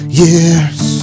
year's